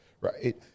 right